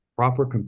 proper